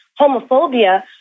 homophobia